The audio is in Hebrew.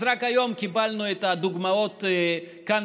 אז רק היום קיבלנו את הדוגמאות כאן,